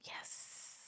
Yes